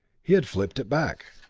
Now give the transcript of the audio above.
he had flipped it back.